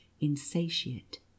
insatiate